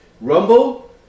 Rumble